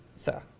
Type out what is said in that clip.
so